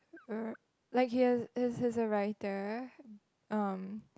uh like he is he is a writer um